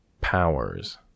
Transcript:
Powers